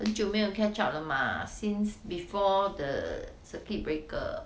很久没有 catch up 了 mah since before the circuit breaker